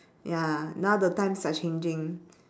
ya now the times are changing